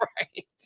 Right